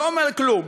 לא אומר כלום.